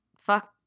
fuck